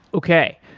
okay.